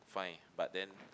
fine but then